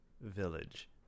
Village